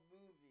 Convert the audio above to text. movie